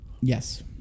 Yes